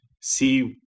see